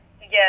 Yes